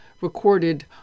recorded